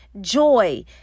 joy